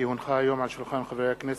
כי הונחו היום על שולחן הכנסת,